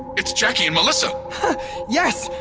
it's jacki and melissa yes!